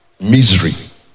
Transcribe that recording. misery